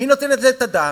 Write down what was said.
מי נותן על זה את הדעת?